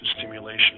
stimulation